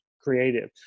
creative